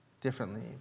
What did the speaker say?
differently